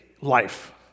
life